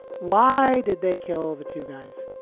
why did they kill the two guys?